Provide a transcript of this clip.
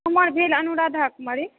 हमर भेल अनुराधा कुमारी